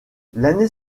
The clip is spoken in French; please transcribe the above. l’année